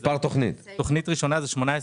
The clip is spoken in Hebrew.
תוכנית 181103: